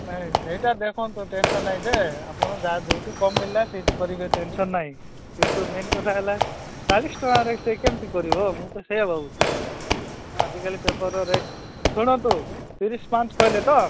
ନାଇଁ ସେଇଟା ଦେଖନ୍ତୁ ଟେନସନ ନାଇଁ ଯେ ଆପଣ ଯା ଯେଉଁଠି କମ୍ ମିଳିଲା ସେଇଠି କରିବେ ଯେ ଟେନସନ ନାହିଁ କିନ୍ତୁ ମେନ କଥା ହେଲା ଚାଳିଶ ଟଙ୍କାରେ ସେ କେମିତି କରିବ ମୁଁ ତ ସେଇଆ ଭାବୁଛି ଆଜିକାଲି ପେପରର ରେଟ୍ ଶୁଣନ୍ତୁ ତିରିଶ ପାଞ୍ଚ କହିଲେ ତ